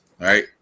right